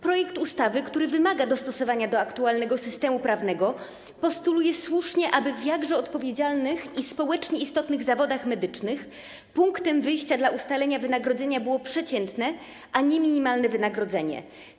Projekt ustawy, który wymaga dostosowania do aktualnego systemu prawnego, słusznie postuluje, aby w tych jakże odpowiedzialnych i społecznie istotnych zawodach medycznych punktem wyjścia do ustalenia wynagrodzenia było przeciętne, a nie minimalne wynagrodzenie.